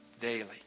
daily